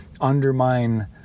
undermine